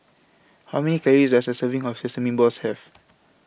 How Many Calories Does A Serving of Sesame Balls Have